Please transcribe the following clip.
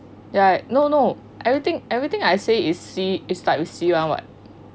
like no no everything everything I say it's C is start with C [one] [what]